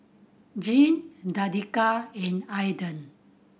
Jean Danica and Aaden